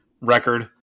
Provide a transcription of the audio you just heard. record